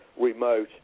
remote